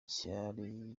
cyari